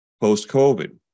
post-COVID